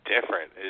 different